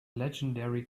legendary